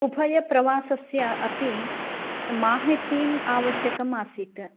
उभयप्रवासस्य अपि माहितीम् आवश्यकम् आसीत्